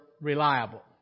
reliable